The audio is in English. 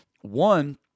One